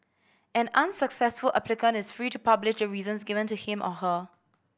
an unsuccessful applicant is free to publish the reasons given to him or her